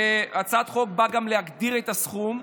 הצעת החוק באה גם להגדיר את הסכום,